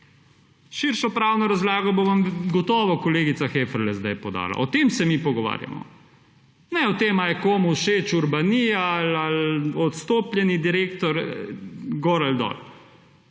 Širšo pravno razlago vam bo gotovo kolegica Heferle sedaj podala. O tem se mi pogovarjamo. Ne o tem, ali je komu všeč Urbanija ali odstopljeni direktor, gor ali dol.